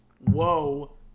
whoa